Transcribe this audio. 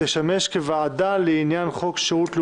תשמש כוועדה לעניין חוק שירות לאומי-אזרחי.